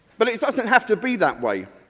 but it does not have to be that way.